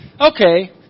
okay